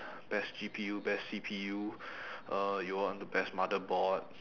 best G_P_U best C_P_U uh you would want the best motherboard